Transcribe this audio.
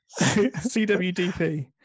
CWDP